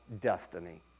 destiny